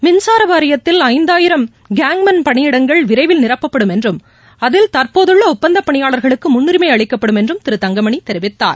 மின்சாரவாரியத்தில் ஐந்தாயிரம் கேங்மேன் பணியிடங்கள் விரைவில் நிரப்பப்படும் என்றும் அதில் தற்போதுள்ளஒப்பந்தப்பணியாளர்களுக்குமுன்னுரிமைஅளிக்கப்படும் என்றும் திரு தங்கமணிதெரிவித்தார்